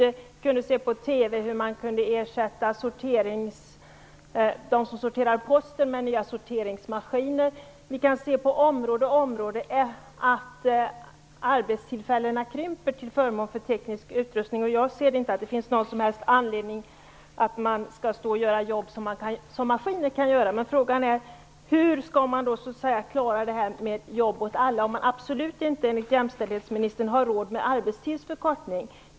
Vi kunde se på TV hur man kunde ersätta dem som sorterar post med nya sorteringsmaskiner. Vi kan se att arbetstillfällena krymper på område efter område till följd av teknisk utrustning. Jag säger inte att det finns någon som helst anledning att man skall göra jobb som maskiner kan göra. Frågan är hur man skall klara det här med jobb åt alla om man, som enligt jämställdhetsministern, absolut inte har råd med arbetstidsförkortning.